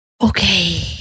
Okay